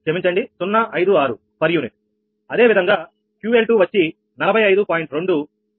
అదేవిధంగా 𝑄𝐿2 వచ్చి 45